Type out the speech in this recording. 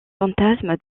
fantasme